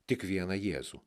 tik vieną jėzų